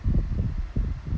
这个是什么来的